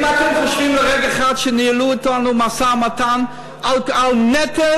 אם אתם חושבים לרגע אחד שניהלו אתנו משא-ומתן על נטל,